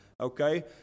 Okay